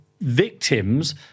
victims